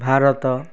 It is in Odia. ଭାରତ